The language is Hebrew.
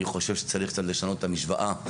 אני חושב שצריך קצת לשנות את המשוואה,